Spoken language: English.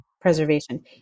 ...preservation